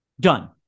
Done